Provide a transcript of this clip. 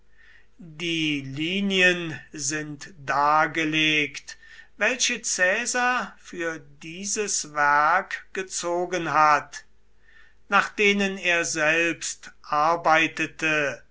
die linien sind dargelegt welche caesar für dieses werk gezogen hat nach denen er selbst arbeitete